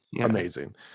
amazing